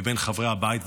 מבין חברי הבית,